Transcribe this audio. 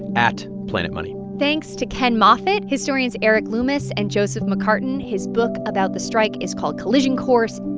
at planetmoney thanks to ken moffett, historians erik loomis and joseph mccartin. his book about the strike is called collision course.